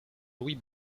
louis